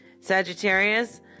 Sagittarius